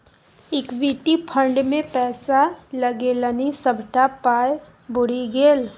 equity fund मे पैसा लगेलनि सभटा पाय बुरि गेल